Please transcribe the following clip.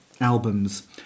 albums